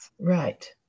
right